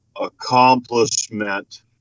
accomplishment